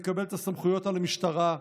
מקבל את הסמכויות על המשטרה,